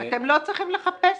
אתם לא צריכים לחפש,